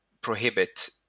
prohibit